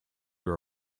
are